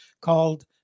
called